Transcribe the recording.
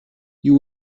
you